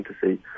fantasy